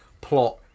plot